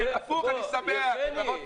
להפך אני שמח.